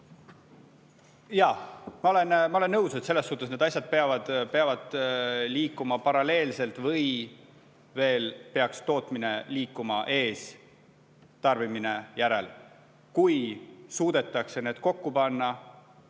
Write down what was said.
Jah, ma olen nõus, selles suhtes, et need asjad peavad liikuma paralleelselt või peaks tootmine liikuma isegi ees ja tarbimine järel. Kui suudetakse need kokku panna,